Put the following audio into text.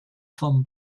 vom